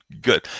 good